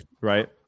right